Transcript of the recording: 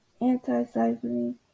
anti-siphoning